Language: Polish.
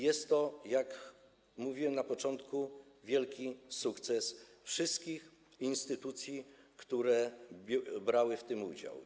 Jest to, jak mówiłem na początku, wielki sukces wszystkich instytucji, które brały i biorą w tym udział.